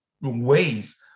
ways